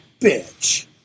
bitch